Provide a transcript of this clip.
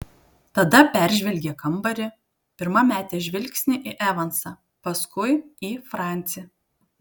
tada peržvelgė kambarį pirma metė žvilgsnį į evansą paskui į francį